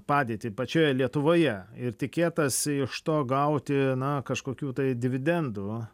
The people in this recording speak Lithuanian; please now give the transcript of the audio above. padėtį pačioje lietuvoje ir tikėtasi iš to gauti na kažkokių tai dividendų